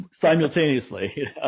Simultaneously